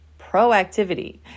proactivity